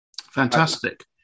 Fantastic